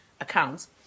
accounts